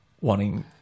wanting